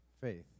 faith